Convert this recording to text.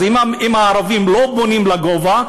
אז אם הערבים לא בונים לגובה,